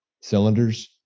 cylinders